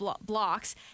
blocks